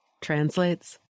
translates